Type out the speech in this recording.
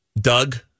Doug